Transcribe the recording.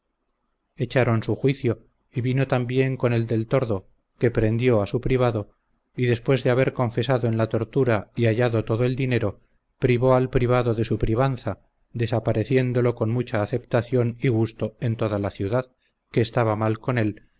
echaron su juicio y vino también con el del tordo que prendió a su privado y después de haber confesado en la tortura y hallado todo el dinero privó al privado de su privanza despareciéndolo con mucha aceptación y gusto en toda la ciudad que estaba mal con él